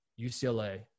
UCLA